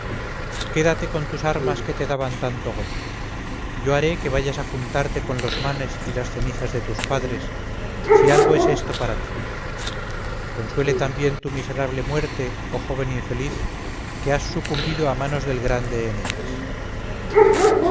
quédate con tus armas que te daban tanto gozo yo haré que vayas a juntarte con los manes y las cenizas de tus padres si algo es esto para ti consuele también tu miserable muerte oh joven infeliz que has sucumbido a manos del grande eneas